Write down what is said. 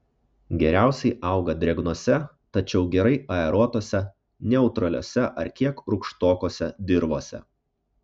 geriausiai auga drėgnose tačiau gerai aeruotose neutraliose ar kiek rūgštokose dirvose